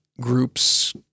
groups